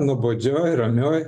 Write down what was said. nuobodžioj ramioj